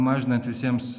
mažinant visiems